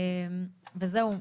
וזהו.